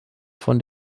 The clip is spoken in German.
von